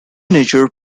nature